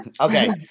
Okay